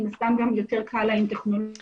מן הסתם גם יותר קל להן טכנולוגית